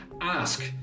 Ask